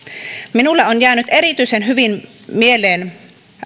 minulle on jäänyt erityisen hyvin mieleen